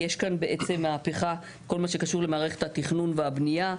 יש כאן בעצם מהפכה בכל מה שקשור למערכת התכנון והבנייה.